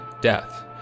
death